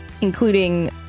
including